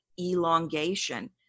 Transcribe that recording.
elongation